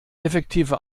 effektive